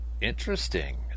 interesting